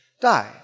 die